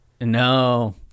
No